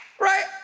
Right